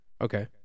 Okay